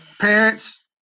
parents